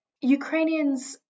Ukrainians